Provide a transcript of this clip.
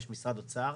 יש משרד אוצר,